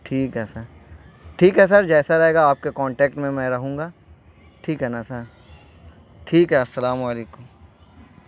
ٹھیک ہے سر ٹھیک ہے سر جیسا رہے گا آپ کے کانٹیکٹ میں میں رہوں گا ٹھیک ہے نا سر ٹھیک ہے السلام علیکم